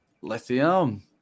lithium